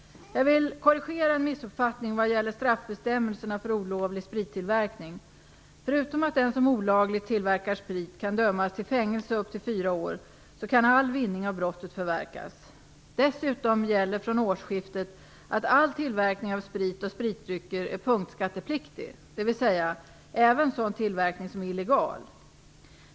Jag vill dock korrigera en missuppfattning vad gäller straffbestämmelserna för olovlig sprittillverkning. Förutom att den som olagligt tillverkar sprit kan dömas till fängelse upp till fyra år så kan all vinning av brottet förverkas. Dessutom gäller från årsskiftet att all tillverkning av sprit och spritdrycker är punktskattepliktig, dvs. även sådan tillverkning som är illegal.